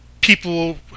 People